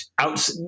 out